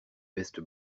vestes